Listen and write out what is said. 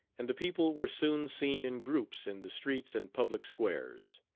and the people were soon seen in groups in the streets and public squares.